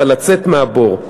אבל לצאת מהבור.